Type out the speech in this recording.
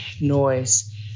noise